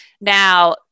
Now